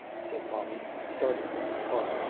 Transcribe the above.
said molly, starting for her car.